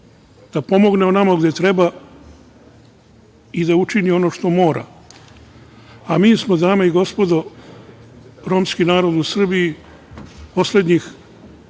da pomogne tamo gde treba i da učini ono što mora. Mi smo, dame i gospodo, romski narod u Srbiji, poslednjih